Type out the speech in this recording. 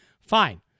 fine